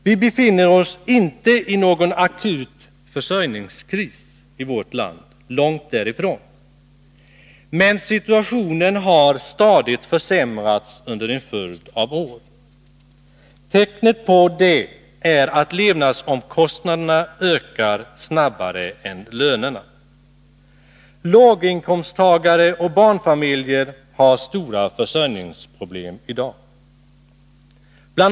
Vi befinner oss inte i någon akut försörjningskris i vårt land — långt därifrån. Men situationen har stadigt försämrats under en följd av år. Tecknet på det är att levnadsomkostnaderna ökar snabbare än lönerna. Låginkomsttagare och barnfamiljer har stora försörjningsproblem i dag. Bl.